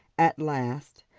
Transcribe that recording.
at last,